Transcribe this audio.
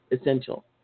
essential